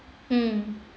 mm